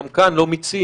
גם כאן לא מיצינו,